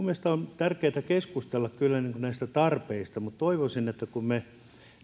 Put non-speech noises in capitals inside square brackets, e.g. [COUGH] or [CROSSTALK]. [UNINTELLIGIBLE] mielestäni on tärkeätä keskustella kyllä näistä tarpeista mutta toivoisin että kun me